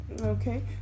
okay